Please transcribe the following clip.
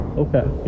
okay